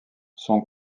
son